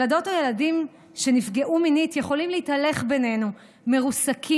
ילדות או ילדים שנפגעו מינית יכולים להתהלך בינינו מרוסקים,